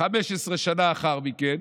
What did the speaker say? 15 שנה לאחר מכן,